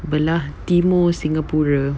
belah timur singapura